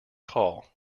call